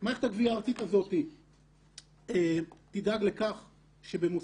מערכת הגביה הארצית הזאת תדאג לכך שבמוסד